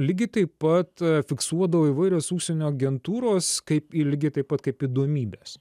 lygiai taip pat fiksuodavo įvairios užsienio agentūros kaip lygiai taip pat kaip įdomybes